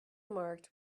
marked